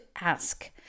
ask